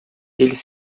eles